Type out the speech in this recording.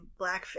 blackface